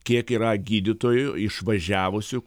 kiek yra gydytojų išvažiavusių